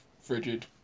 frigid